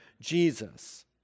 Jesus